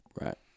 Right